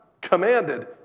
commanded